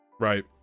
Right